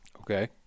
Okay